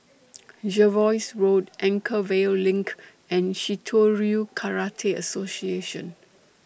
Jervois Road Anchorvale LINK and Shitoryu Karate Association